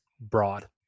broad